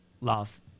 love